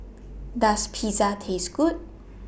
Does Pizza Taste Good